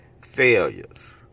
failures